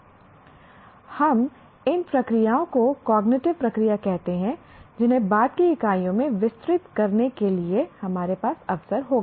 हम इन प्रक्रियाओं को कॉग्निटिव प्रक्रिया कहते हैं जिन्हें बाद की इकाइयों में विस्तृत करने के लिए हमारे पास अवसर होगा